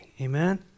Amen